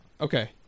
Okay